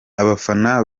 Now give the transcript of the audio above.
abafana